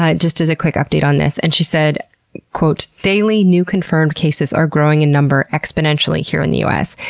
ah just as a quick update on this, and she said daily, new confirmed cases are growing in number exponentially here in the u s.